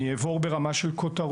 אני אעבור על הממצאים ברמה של כותרות: